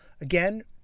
again